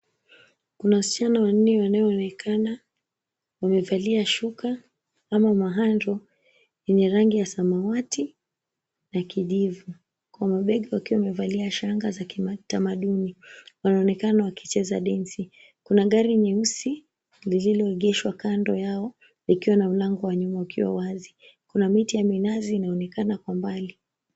Kuna wasichana wanne wanaonekana wamevalia shuka ama mahandro yenye rangi ya samawati na kijivu, kwa mabega wakiwa wamevalia shanga za kitamaduni wanaonekana wakicheza densi. Kuna gari nyeusi lililoegeshwa kando yao ikiwa na mlango wa nyuma ukiwa wazi kuna miti ya minazi inayoonekana kwa mbali.